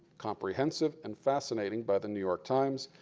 comprehensive and fascinating by the new york times.